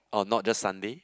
or not just Sunday